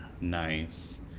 Nice